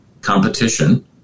competition